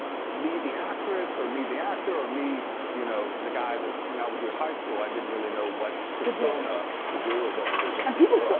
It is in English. me the actress or me the actor or me you know the guy that hung out with you at high school, i didn't really know what persona to do or what to present. and people still,